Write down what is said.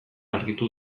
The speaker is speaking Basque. argitu